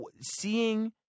seeing